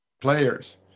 players